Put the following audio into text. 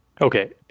Okay